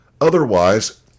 Otherwise